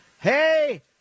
Hey